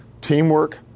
teamwork